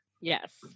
Yes